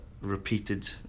repeated